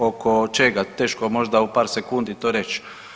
Oko čega teško možda u par sekundi to reći.